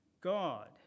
God